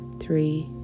three